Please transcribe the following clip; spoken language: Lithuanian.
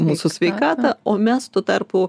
mūsų sveikatą o mes tuo tarpu